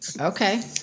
Okay